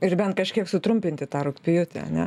ir bent kažkiek sutrumpinti tą rugpjūtį ane